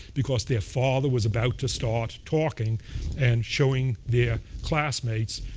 because their father was about to start talking and showing their classmates,